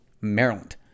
Maryland